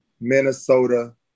Minnesota